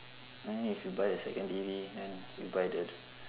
I mean if you buy a second T_V then you buy that